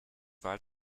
wahl